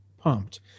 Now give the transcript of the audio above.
Pumped